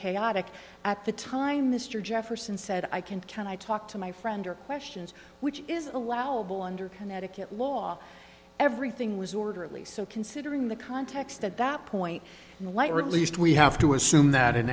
chaotic at the time mr jefferson said i can can i talk to my friend or questions which is allowable under connecticut law everything was orderly so considering the context at that point in the light or at least we have to assume